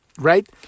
right